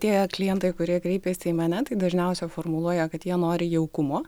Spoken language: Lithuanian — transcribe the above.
tie klientai kurie kreipiasi į mane tai dažniausia formuluoja kad jie nori jaukumo